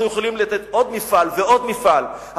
אנחנו יכולים לתת עוד מפעל ועוד מפעל,